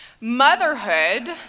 Motherhood